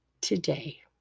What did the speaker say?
today